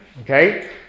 okay